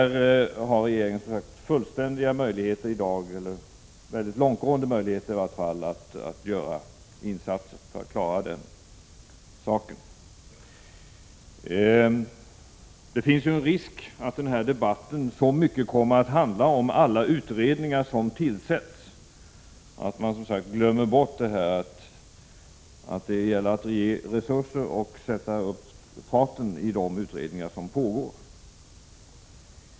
Regeringen har långtgående möjligheter i dag att göra sådana här insatser. Det finns en risk att debatten så mycket kommer att handla om alla utredningar som tillsätts att man glömmer bort att det här gäller att ge resurser till och sätta fart på de utredningar som pågår.